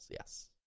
Yes